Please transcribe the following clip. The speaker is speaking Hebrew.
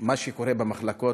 ומה שקורה במחלקות,